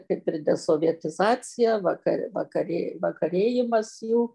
kaip ir desovietizacija vakar vakarė vakarėjimas jų